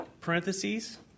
parentheses